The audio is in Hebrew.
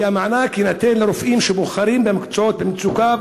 והמענק יינתן לרופאים שבוחרים במקצועות במצוקה,